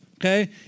okay